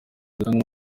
atanga